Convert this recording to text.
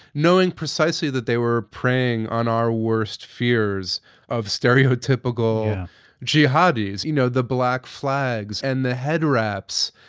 knowing precisely that they were preying on our worst fears of stereotypical jihadis. you know the black flags and the head wraps,